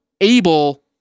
able